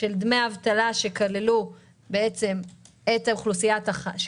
של דמי אבטלה שכללו את האוכלוסייה של